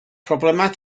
problemau